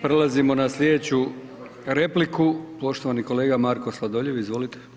Prelazimo na slijedeću repliku, poštovani kolega Marko Sladoljev, izvolite.